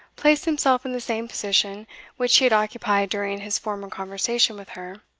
placed himself in the same position which he had occupied during his former conversation with her.